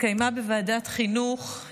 התקיים דיון בוועדת חינוך,